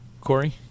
Corey